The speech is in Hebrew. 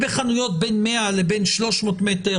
בחנויות בין 100 ל-300 מטרים,